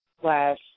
slash